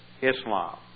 Islam